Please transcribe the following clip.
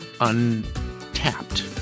untapped